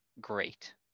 great